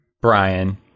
brian